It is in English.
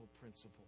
principle